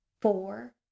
Four